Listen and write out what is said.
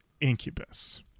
Incubus